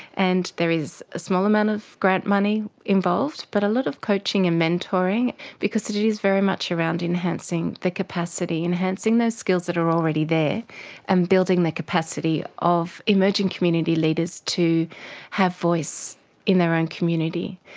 and there is a small amount of grant money involved but a lot of coaching and mentoring because it it is very much around enhancing the capacity, enhancing those skills that are already there and building the capacity of emerging community leaders to have a voice in their own community.